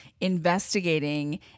investigating